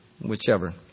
whichever